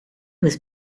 was